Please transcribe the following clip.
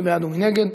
מי בעד ומי נגד?